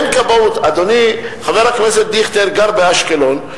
אדוני חבר הכנסת דיכטר גר באשקלון.